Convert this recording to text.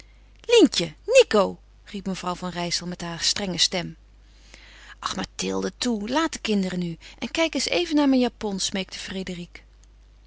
lientje nico riep mevrouw van rijssel met haar strenge stem ach mathilde toe laat de kinderen nu en kijk eens even naar mijn japon smeekte